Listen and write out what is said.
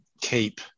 keep